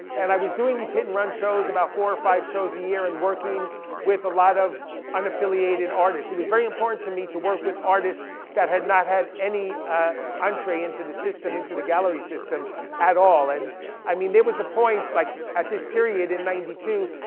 and i was doing these hit and run shows, about four or five shows a year and working with a lot of unaffiliated artists. it was very important to me to work with artists that had not had any entree into the system, into the gallery system at all. and i mean there was a point like at this period in ninety two.